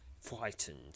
frightened